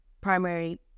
primary